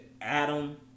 Adam